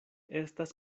estas